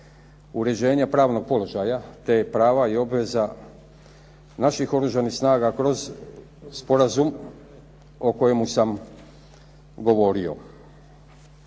uređenja pravnog položaja te prava i obveza naših oružanih snaga kroz sporazum o kojemu sam govorio.